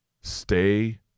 Stay